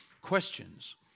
questions